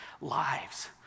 lives